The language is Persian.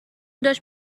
داشت